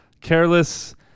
Careless